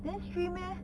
then shrimp eh